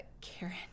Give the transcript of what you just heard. Karen